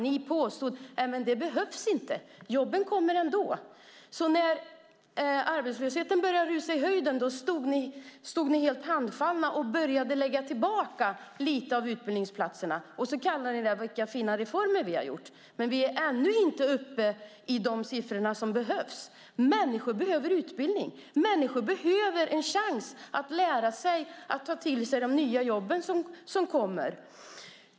Ni påstod: Det behövs inte, jobben kommer ändå. När arbetslösheten började rusa i höjden stod ni helt handfallna och började lägga tillbaka lite av utbildningsplatserna. Sedan sade ni: Vilka fina reformer vi har gjort. Men vi är ännu inte uppe i de siffror som behövs. Människor behöver utbildning. De behöver en chans att lära sig för att ta till sig de nya jobb som kommer.